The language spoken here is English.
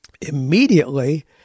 immediately